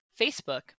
Facebook